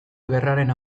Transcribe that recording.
gerraren